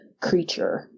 creature